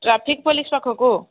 traffic police ପାଖକୁ